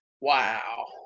Wow